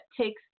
takes